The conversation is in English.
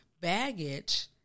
baggage